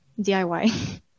DIY